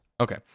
Okay